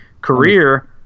career